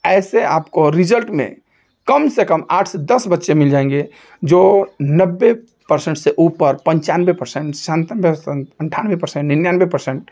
ऐसे आपको रिजल्ट में काम से कम आठ से दस बच्चे मिल जाएँगे जो नब्बे पर्सेन्ट से ऊपर पंचानबे परसेंट दस अठानवे पर्सेन्ट निन्यानबे पर्सेन्ट